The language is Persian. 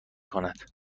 کند